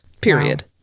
period